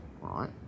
right